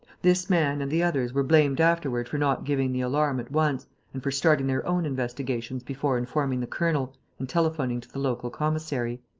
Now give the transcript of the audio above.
this man and the others were blamed afterward for not giving the alarm at once and for starting their own investigations before informing the colonel and telephoning to the local commissary.